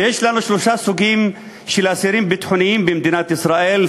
יש לנו שלושה סוגים של אסירים ביטחוניים במדינת ישראל,